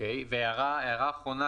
הערה אחרונה,